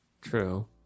True